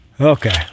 Okay